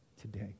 today